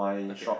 okay I